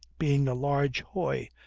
being a large hoy,